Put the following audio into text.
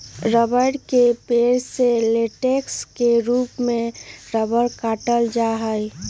रबड़ के पेड़ से लेटेक्स के रूप में रबड़ काटल जा हई